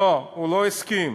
לא, הוא לא הסכים.